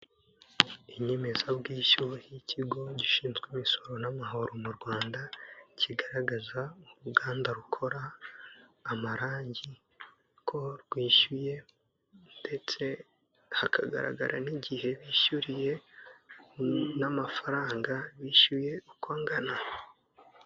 Inyemezabwishyu y' ikigo gishinzwe imisoro n' amahoro mu Rwanda kigaragaza uruganda rukora amarangi ko rwishyuye, ndetse hakagaragara n' igihe bishyuriye n' amafaranga bishyuye uko angana.